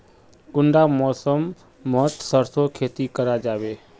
कुंडा मौसम मोत सरसों खेती करा जाबे?